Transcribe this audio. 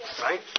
right